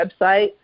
website